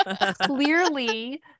clearly